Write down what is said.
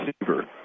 receiver